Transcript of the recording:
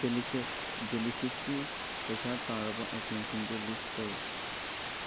delicious ꯗꯦꯂꯤꯁꯤꯌꯁꯀꯤ ꯄꯩꯁꯥ ꯇꯥꯔꯕ ꯑꯥꯏꯇꯦꯝꯁꯤꯡꯗꯨ ꯂꯤꯁ ꯇꯧ